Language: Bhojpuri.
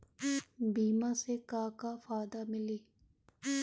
बीमा से का का फायदा मिली?